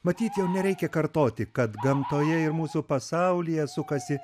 matyt jau nereikia kartoti kad gamtoje ir mūsų pasaulyje sukasi